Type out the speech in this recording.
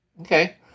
okay